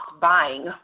buying